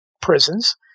prisons